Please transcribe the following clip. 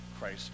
Christ